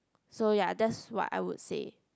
so ya that's what I would say